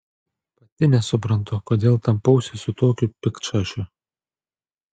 pati nesuprantu kodėl tampausi su tokiu piktšašiu